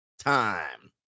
time